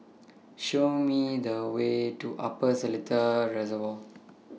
Show Me The Way to Upper Seletar Reservoir